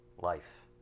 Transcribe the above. life